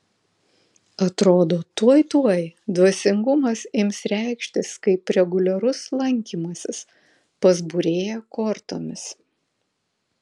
atrodo tuoj tuoj dvasingumas ims reikštis kaip reguliarus lankymasis pas būrėją kortomis